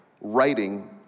writing